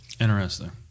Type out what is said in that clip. Interesting